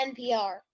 NPR